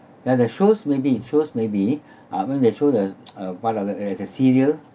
ya the shows maybe shows maybe I mean they show the uh part of the eh it's a serial